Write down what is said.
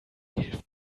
hilft